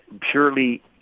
purely